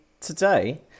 today